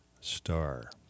Star